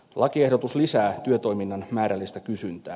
lakiehdotus lisää työtoiminnan määrällistä kysyntää